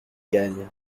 gagne